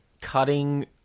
Cutting